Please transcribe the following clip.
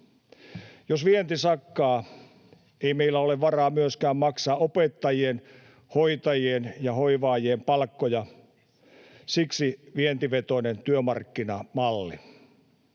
Jos vienti sakkaa, ei meillä ole varaa myöskään maksaa opettajien, hoitajien ja hoivaajien palkkoja. Siksi vientivetoinen työmarkkinamalli.